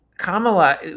Kamala